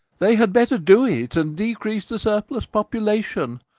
they had better do it, and decrease the surplus population.